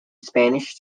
spanish